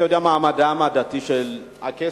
אתה יודע מה מעמדם הדתי של הקייסים,